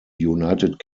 united